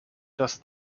dass